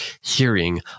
hearing